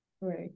Right